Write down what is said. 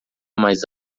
mais